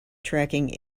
tracking